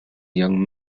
young